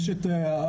יש את החולה,